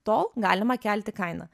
tol galima kelti kainą